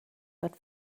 but